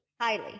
Highly